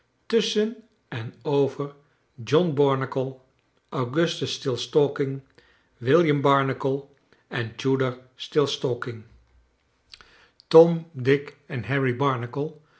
tusschen en over john barnacle augustus stilstalking william barnacle en tudor stilstalking charles dickens tom dick en harry